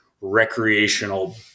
recreational